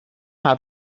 have